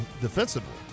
defensively